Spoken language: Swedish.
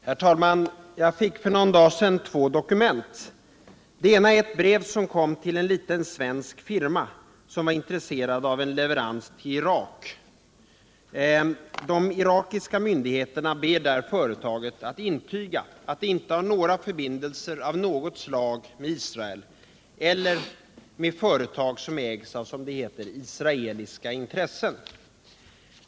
Herr talman! Jag fick för någon dag sedan två dokument. Det ena dokumentet är ett brev som kom till en liten svensk firma som är intresserad av en leverans till Irak. De irakiska myndigheterna ber företaget att intyga att det inte har några affärsförbindelser av något slag med Israel eller med företag som ägs av, som det heter, israeliska intressen.